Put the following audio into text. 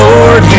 Lord